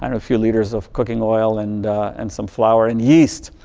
and a few litres of cooking oil and and some flour and yeast.